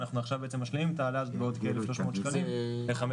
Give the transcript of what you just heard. ואנחנו עכשיו משלימים את ההעלאה הזאת בעוד כ-1,300 שקלים ל-5,300.